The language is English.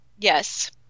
Yes